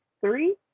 three